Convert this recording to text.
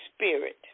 spirit